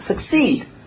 succeed